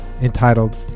entitled